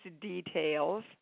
details